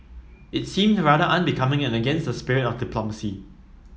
it seemed rather unbecoming and against the spirit of diplomacy